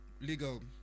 legal